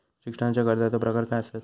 शिक्षणाच्या कर्जाचो प्रकार काय आसत?